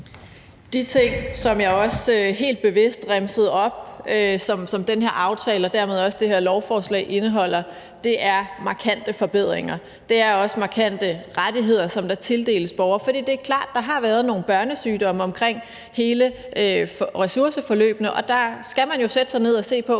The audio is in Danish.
De ting, som jeg helt bevidst remsede op, som den her aftale og dermed også det her lovforslag indeholder, er markante forbedringer. Det er også markante rettigheder, der tildeles borgerne. Det er klart, at der har været nogle børnesygdomme i forbindelse med hele ressourceforløbet, og der skal man jo sætte sig ned og se på,